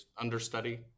understudy